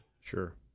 Sure